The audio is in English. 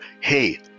hey